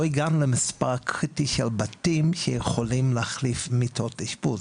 הגענו למספר קריטי של בתים שיכולים להחליף מיטות אשפוז.